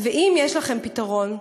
ואם יש לכם פתרון,